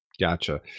gotcha